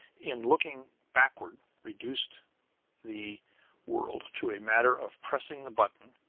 in looking backward, reduced the world to a matter of pressing the button,